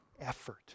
effort